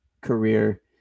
career